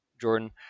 Jordan